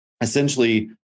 essentially